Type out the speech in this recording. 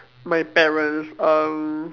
my parents um